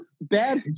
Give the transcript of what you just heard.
Bad